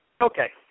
Okay